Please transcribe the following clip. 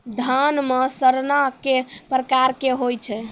धान म सड़ना कै प्रकार के होय छै?